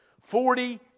Forty